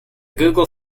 google